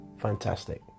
Fantastic